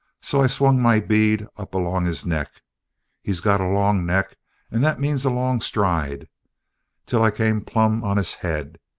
so i swung my bead up along his neck he's got a long neck and that means a long stride till i came plump on his head,